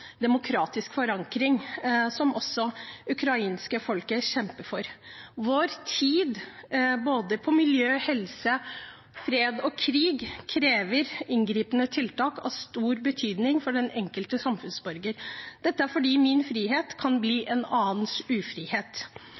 demokratisk forankring, som det ukrainske folket også kjemper for. Både innen miljø og helse, i krig og fred kreves det i vår tid inngripende tiltak av stor betydning for den enkelte samfunnsborger. Dette er fordi min frihet kan bli en annens ufrihet.